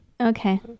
okay